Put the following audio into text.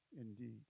indeed